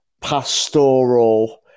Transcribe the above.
pastoral